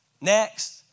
next